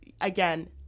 again